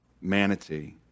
Manatee